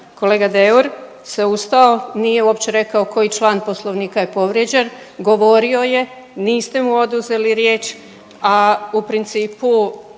kolega DEur se ustao nije uopće rekao koji član poslovnika povrijeđen, govorio je niste mu oduzeli riječ, a u principu